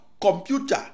computer